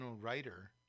writer